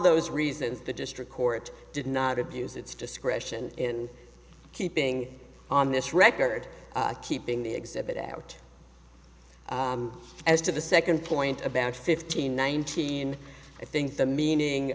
those reasons the district court did not abuse its discretion in keeping on this record keeping the exhibit out as to the second point about fifteen nineteen i think the meaning